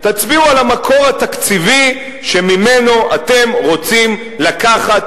על המקור התקציבי שממנו אתם רוצים לקחת